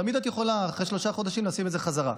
תמיד את יכולה אחרי שלושה חודשים לשים את זה חזרה,